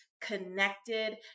connected